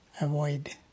avoid